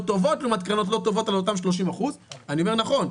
טובות לעומת קרנות לא טובות על אותם 30%. אני אומר נכון,